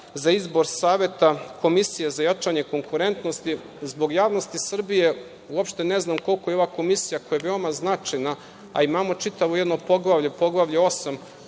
za izbor Saveta Komisije za jačanje konkurentnosti. Zbog javnosti Srbije, uopšte ne znam koliko je ova Komisija koja je veoma značajna, a imamo čitavo jedno poglavlje, poglavlje 8